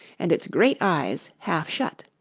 and its great eyes half shut.